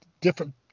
different